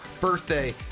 birthday